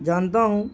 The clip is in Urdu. جانتا ہوں